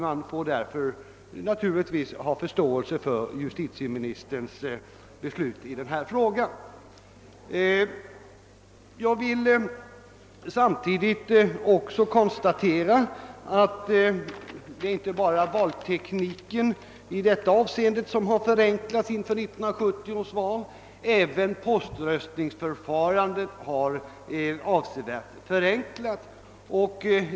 Man får därför ha förståelse för justitieministerns beslut i denna fråga. Jag vill samtidigt konstatera att det inte bara är valtekniken i detta avseende som har förenklats inför 1970 års val. även poströstningsförfarandet har avsevärt förenklats.